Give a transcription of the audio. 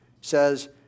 says